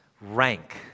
rank